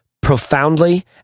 profoundly